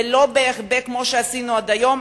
ולא בהיחבא כמו שעשינו עד היום,